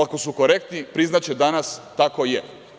Ako su korektni priznaće danas - tako je.